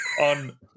on